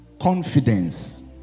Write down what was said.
confidence